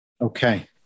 Okay